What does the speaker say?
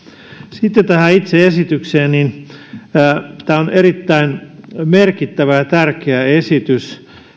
sitten tähän itse esitykseen tämä on erittäin merkittävä ja tärkeä esitys